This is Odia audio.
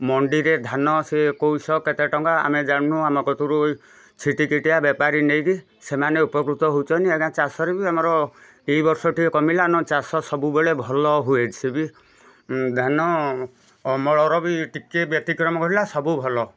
ମଣ୍ଡିରେ ଧାନ ସେ ଏକୋଉଶ କେତେଟଙ୍କା ଆମେ ଜାଣିନୁ ଆମ କତୁରୁ ଛିଟି କିଟିଆ ବେପାରୀ ନେଇକି ସେମାନେ ଉପକୃତ ହେଉଛନ୍ତି ଆଜ୍ଞା ଚାଷରେ ବି ଆମର ଏଇବର୍ଷ ଟିକେ କମିଲା ନ ହେଲେ ଚାଷ ସବୁବେଳେ ଭଲ ହୁଏ ସେ ବି ଧାନ ଅମଳର ବି ଟିକେ ବ୍ୟତିକ୍ରମ ଘଟିଲା ସବୁ ଭଲ